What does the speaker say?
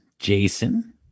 Jason